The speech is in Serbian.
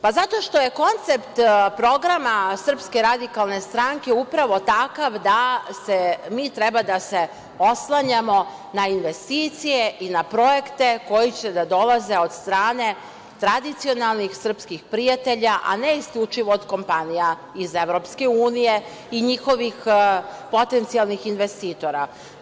Pa zato što je koncept programa SRS upravo takav da mi treba da se oslanjamo na investicije i na projekte koji će da dolaze od strane tradicionalnih srpskih prijatelja, a ne isključivo od kompanija iz EU i njihovih potencijalnih investitora.